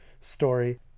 story